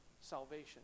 salvation